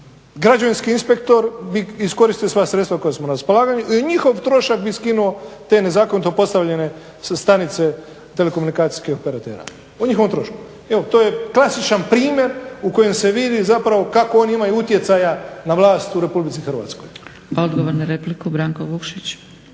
građevinski inspektor bi iskoristio sva sredstva koja smo raspravili i na njihov trošak bi skinuo te nezakonito postavljene stanice telekomunikacijskih operatera. O njihovom trošku. Evo to je klasičan primjer u kojem se vidi zapravo kako oni imaju utjecaja na vlast u RH. **Zgrebec, Dragica (SDP)** Odgovor na repliku, Branko Vukšić.